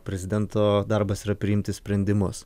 prezidento darbas yra priimti sprendimus